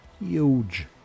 Huge